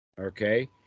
Okay